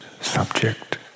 subject